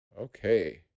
Okay